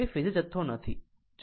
તે ફેઝર જથ્થો નથી